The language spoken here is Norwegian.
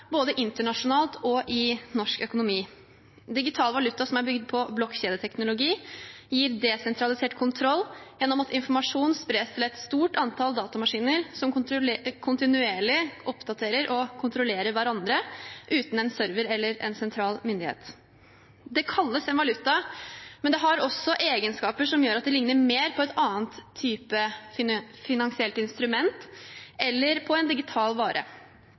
både internasjonalt og i norsk økonomi. Digital valuta som er bygget på blokkjedeteknologi, gir desentralisert kontroll gjennom at informasjon spres til et stort antall datamaskiner som kontinuerlig oppdaterer og kontrollerer hverandre, uten en server eller en sentral myndighet. Det kalles en valuta, men har også egenskaper som gjør at det ligner mer på en annen type finansielt instrument eller på en digital vare.